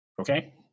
Okay